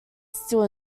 still